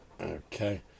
Okay